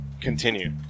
continue